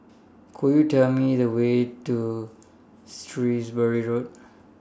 Could YOU Tell Me The Way to Shrewsbury Road